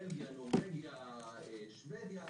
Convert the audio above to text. בלגיה, נורבגיה, שבדיה.